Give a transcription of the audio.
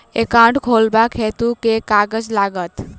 Account खोलाबक हेतु केँ कागज लागत?